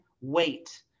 wait